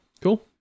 Cool